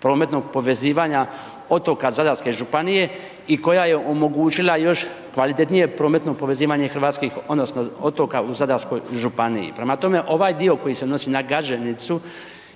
prometnog povezivanja otoka Zadarske županije i koja je omogućila još kvalitetnije prometno povezivanje hrvatskih odnosno otoka u Zadarskoj županiji. Prema tome, ovaj dio koji se odnosi na Gaženicu